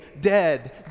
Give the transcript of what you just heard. dead